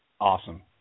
Awesome